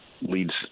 leads